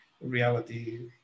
reality